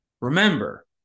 Remember